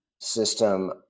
system